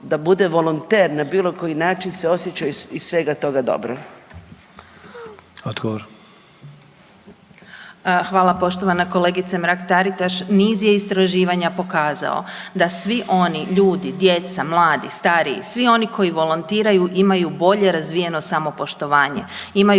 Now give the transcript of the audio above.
da bude volonter na bilo koji način se osjećaju iz svega toga dobro. **Sanader, Ante (HDZ)** Odgovor. **Posavec Krivec, Ivana (SDP)** Hvala poštovana kolegice Mrak-Taritaš. Niz je istraživanja pokazao da svi oni ljudi, djeca, mladi, stariji, svi oni koji volontiraju, imaju bolje razvijeno samopoštovanje,